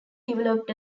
developed